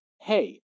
hey